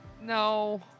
no